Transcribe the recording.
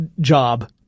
job